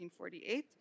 1948